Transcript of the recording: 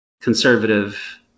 conservative